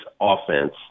offense